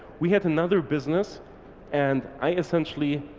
we had another business and i essentially